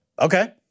Okay